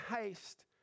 haste